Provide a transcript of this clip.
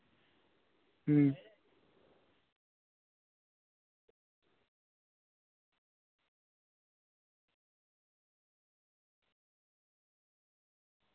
ᱦᱩᱸ